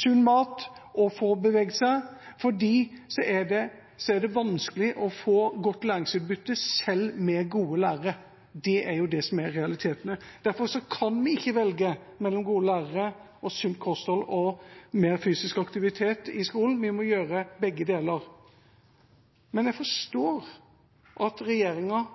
sunn mat og får beveget seg, er det vanskelig å få godt læringsutbytte, selv med gode lærere. Det er jo det som er realiteten. Derfor kan vi ikke velge mellom gode lærere og sunt kosthold/mer fysisk aktivitet i skolen. Vi må gjøre begge deler. Men jeg forstår at regjeringen